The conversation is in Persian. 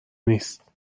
نیست